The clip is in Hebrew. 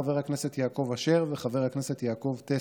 חבר הכנסת יעקב אשר וחבר הכנסת יעקב טסלר,